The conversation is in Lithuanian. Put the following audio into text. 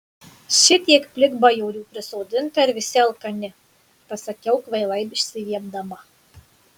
šitiek plikbajorių prisodinta ir visi alkani pasakiau kvailai išsiviepdama